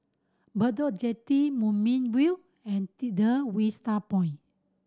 Bedok Jetty Moonbeam View and Vista